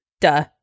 Duh